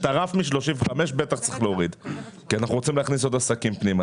את הרף מ-35 בטח צריך להוריד כי אנחנו רוצים להכניס פנימה עוד עסקים.